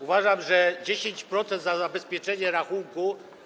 Uważam, że 10% za zabezpieczenie rachunku.